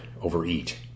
overeat